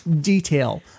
detail